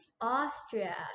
Austria